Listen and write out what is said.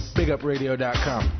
BigUpRadio.com